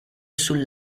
sul